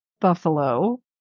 buffalo